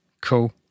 cool